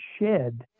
shed